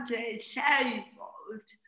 disabled